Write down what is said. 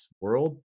world